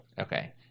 Okay